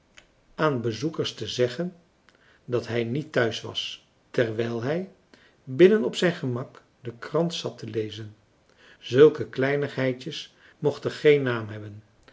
aan bezoekers te zeggen dat hij niet thuis was terwijl hij binnen op zijn gemak de krant zat te lezen zulke kleinigheidjes mochten geen naam hebben